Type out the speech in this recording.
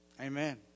Amen